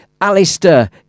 alistair